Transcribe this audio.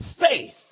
Faith